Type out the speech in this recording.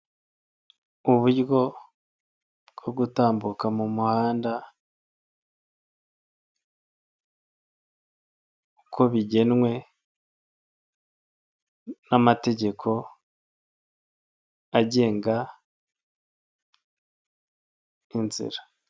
Uburyo bwo gutambuka mu muhanda uko bigenwe n'amategeko agenga inzira.